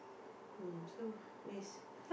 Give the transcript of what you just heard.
mm so this